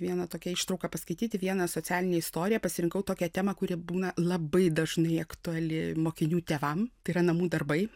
vieną tokią ištrauką paskaityti vieną socialinę istoriją pasirinkau tokią temą kuri būna labai dažnai aktuali mokinių tėvam tai yra namų darbai